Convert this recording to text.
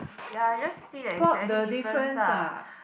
ya just see that if there's any difference ah